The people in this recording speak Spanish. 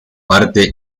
parte